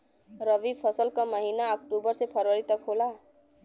रवी फसल क महिना अक्टूबर से फरवरी तक होला